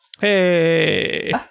Hey